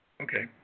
okay